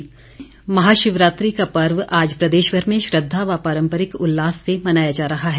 शिवरात्रि महाशिवरात्रि का पर्व आज प्रदेशभर में श्रद्वा व पारम्परिक उल्लास से मनाया जा रहा है